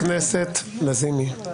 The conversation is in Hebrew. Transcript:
חברת הכנסת לזימי, תודה.